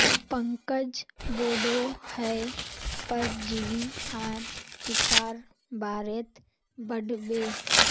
पंकज बोडो हय परजीवी आर टीकार बारेत पढ़ बे